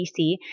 BC